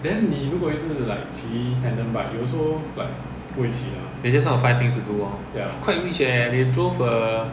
they just want to find things to do lor quite rich leh they drove a